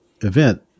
event